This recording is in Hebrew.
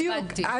בדיוק.